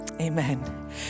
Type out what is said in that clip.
amen